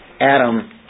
Adam